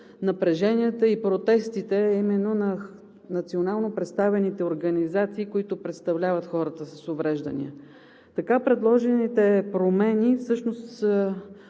напреженията и протестите именно на национално представените организации, които представляват хората с увреждания. Така предложените промени всъщност